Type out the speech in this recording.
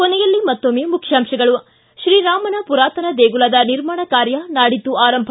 ಕೊನೆಯಲ್ಲಿ ಮತ್ತೊಮ್ಮೆ ಮುಖ್ಯಾಂಶಗಳು ಿ ಶ್ರೀರಾಮನ ಪುರಾತನ ದೇಗುಲದ ನಿರ್ಮಾಣ ಕಾರ್ಯ ನಾಡಿದ್ದು ಆರಂಭ